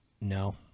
no